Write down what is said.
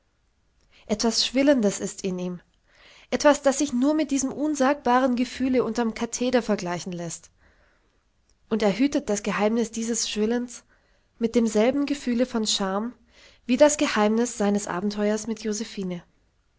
etwas schwillendes ist in ihm etwas das sich nur mit diesem unsagbaren gefühle unterm katheder vergleichen läßt und er hütet das geheimnis dieses schwillens mit demselben gefühle von scham wie das geheimnis seines abenteuers mit josephine